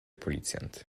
policjant